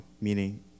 meaning